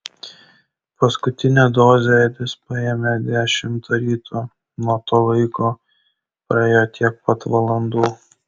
paskutinę dozę edis paėmė dešimtą ryto nuo to laiko praėjo tiek pat valandų